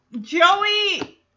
Joey